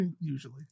Usually